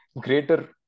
greater